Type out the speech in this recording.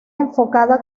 enfocada